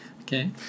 Okay